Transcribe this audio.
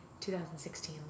2016